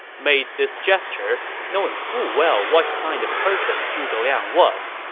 made this gesture, knowing full well what kind of person zhuge liang was.